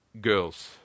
girls